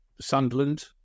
Sunderland